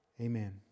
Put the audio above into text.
Amen